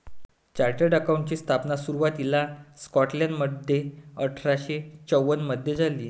chartered अकाउंटंटची स्थापना सुरुवातीला स्कॉटलंडमध्ये अठरा शे चौवन मधे झाली